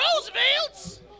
Roosevelt's